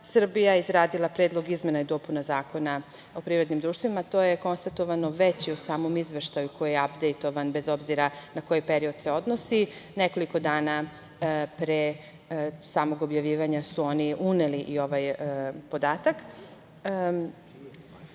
Srbija je izradila Predlog izmena i dopuna Zakona o privrednim društvima. To je konstatovano već u samom izveštaju koji je apdejtovan, bez obzira na koji period se odnosi, nekoliko dana pre samog objavljivanja su oni uneli i ovaj podatak